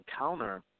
encounter